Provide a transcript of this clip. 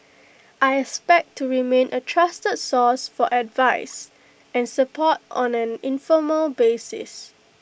I expect to remain A trusted source for advice and support on an informal basis